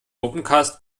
opencast